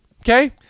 Okay